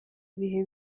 ibihe